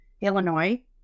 illinois